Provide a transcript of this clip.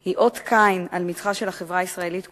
הם אות קין על מצחה של החברה הישראלית כולה,